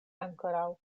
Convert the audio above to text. ankoraŭ